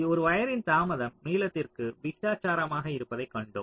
ஒரு வயரின் தாமதம் நீளத்திற்கு விகிதாசாரமாக இருப்பதைக் கண்டோம்